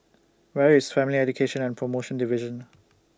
Where IS Family Education and promotion Division